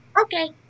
Okay